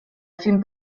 film